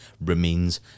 remains